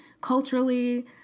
culturally